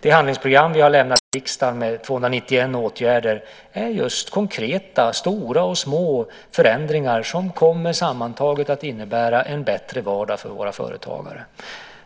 Det handlingsprogram som vi har lämnat till riksdagen med 291 åtgärder är just konkreta stora och små förändringar som sammantaget kommer att innebära en bättre vardag för våra företagare.